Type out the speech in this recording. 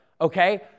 okay